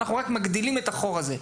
אנחנו רק מגדילים את החור הזה.